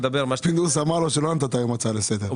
פינדרוס אמר שלא נתת היום הצעה לסדר.